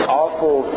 awful